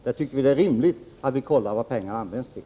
Vi anser att det är rimligt att kontrollera vad pengarna används till.